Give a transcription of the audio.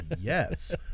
yes